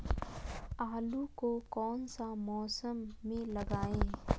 आलू को कौन सा मौसम में लगाए?